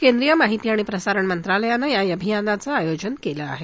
केंद्रीय माहिती आणि प्रसारण मंत्रालयानं या अभियानाचं आयोजन केलं आहे